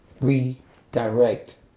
redirect